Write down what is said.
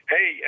Hey